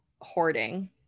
hoarding